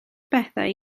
bethau